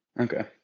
Okay